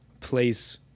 place